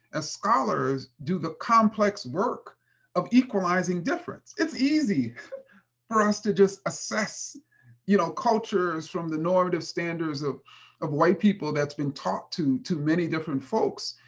as scholars, do the complex work of equalizing difference. it's easy for us to just assess you know cultures from the normative standards of of white people that's been taught to to many different folks.